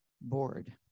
board